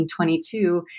1922